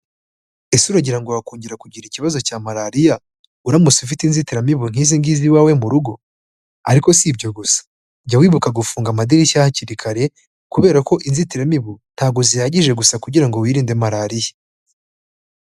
Ese uragira ngo wakongera kugira ikibazo cya Malariya, uramutse ufite inzitiramibu nk'izi ngizi iwawe mu rugo? ariko si ibyo gusa jya wibuka gufunga amadirishya hakiri kare kubera ko inzitiramibu ntabwo zihagije gusa kugira ngo wirinde Malariya.